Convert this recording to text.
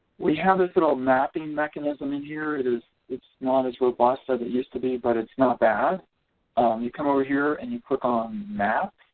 we have this little mapping mechanism in here it is it's not as robust as it used to be but it's not bad you come over here and you click on map.